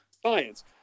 Science